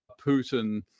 Putin